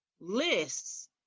lists